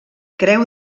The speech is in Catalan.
creu